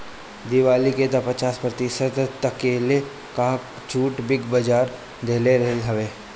दीपावली में तअ पचास प्रतिशत तकले कअ छुट बिग बाजार देहले रहल हवे